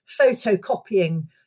photocopying